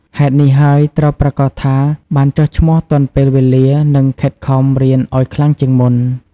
ហេតុនេះហើយ ត្រូវប្រាកដថាបានចុះឈ្មោះទាន់ពេលវេលា និង ខិតខំរៀនឲ្យខ្លាំងជាងមុន។